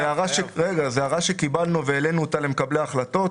זו הערה שקיבלנו והעלינו אותה למקבלי ההחלטות.